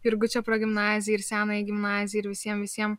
jurgučio progimnazijai ir senajai gimnazijai ir visiem visiem